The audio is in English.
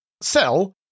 Sell